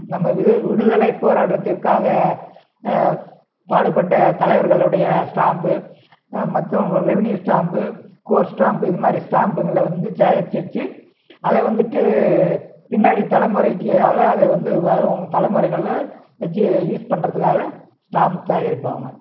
நம்ம விடு விடுதலை போராட்டதிற்காக பாடுப்பட்ட தலைவர்களுடைய ஸ்டாம்பு மற்றவங்க ரெவின்யூ ஸ்டாம்பு கோஸ் ஸ்டாம்பு இது மாதிரி இது மாதிரி ஸ்டாம்ப்ங்களை வந்து சேகரிச்சு வச்சு அதை வந்துட்டு பின்னாடி தலைமுறைக்காக அதை வந்து வரும் தலைமுறைகளை வச்சு யூஸ் பண்ணுறதுக்காக ஸ்டாம்ப் சேகரிப்பாங்க